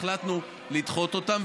החלטנו לדחות אותם,